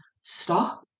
stop